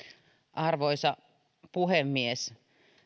arvoisa puhemies